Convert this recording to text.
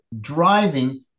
driving